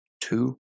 two